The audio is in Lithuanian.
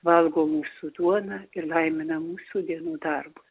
valgo mūsų duoną ir laimina mūsų dienų darbus